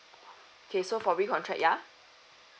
okay so for recontract ya